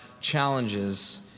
challenges